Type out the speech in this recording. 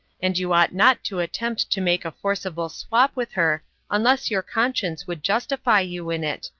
and you ought not to attempt to make a forcible swap with her unless your conscience would justify you in it,